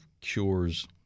cures